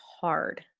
hard